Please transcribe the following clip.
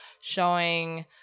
showing